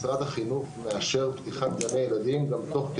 משרד החינוך מאשר פתיחת גני ילדים גם במהלך